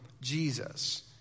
Jesus